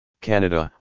Canada